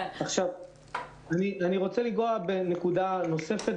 אני רוצה לנגוע בנקודה נוספת